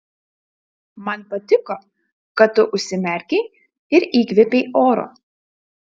man patiko kad tu užsimerkei ir įkvėpei oro